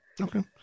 Okay